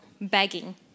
begging